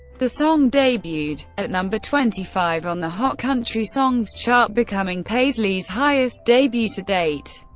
the song debuted at number twenty five on the hot country songs chart, becoming paisley's highest debut to date.